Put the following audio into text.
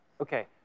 Okay